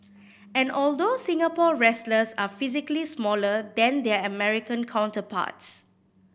and although Singapore wrestlers are physically smaller than their American counterparts